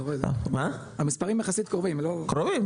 קרובים,